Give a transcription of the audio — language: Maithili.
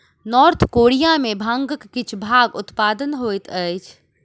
नार्थ कोरिया में भांगक किछ भागक उत्पादन होइत अछि